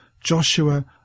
Joshua